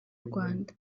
rwanda